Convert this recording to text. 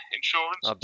insurance